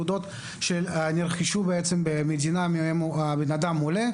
בתעודות שנרכשו במדינה שממנה האדם עולה,